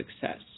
success